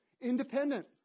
Independent